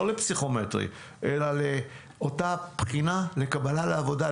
לא לפסיכומטרי אלא לאותה בחינה לקבלה לעבודה,